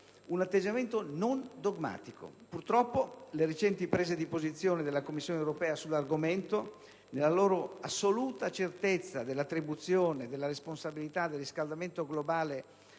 un atteggiamento non dogmatico. Purtroppo, le recenti prese di posizione della Commissione europea sull'argomento, nella loro assoluta certezza dell'attribuzione della responsabilità del riscaldamento globale